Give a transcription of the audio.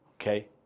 okay